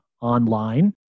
online